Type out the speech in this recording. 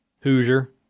Hoosier